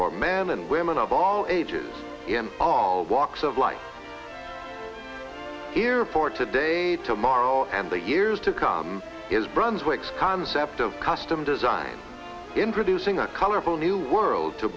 for man and women of all ages in all walks of life here for today tomorrow and the years to come in brunswick's concept of custom design introducing a colorful new world to